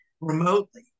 remotely